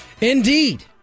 Indeed